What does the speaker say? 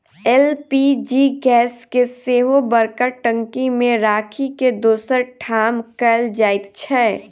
LPG gas के सेहो बड़का टंकी मे राखि के दोसर ठाम कयल जाइत छै